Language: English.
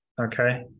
Okay